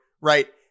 right